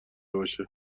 باشه